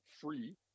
free